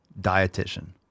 dietitian